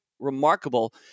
remarkable